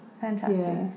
Fantastic